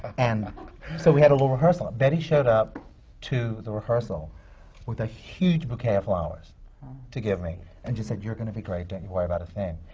and so we had a little rehearsal. and betty showed up to the rehearsal with a huge bouquet of flowers to give and just said, you're going to be great, don't worry about a thing.